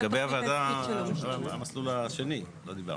לגבי הוועדה, המסלול השני, לא דיברנו.